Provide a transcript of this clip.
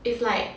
it's like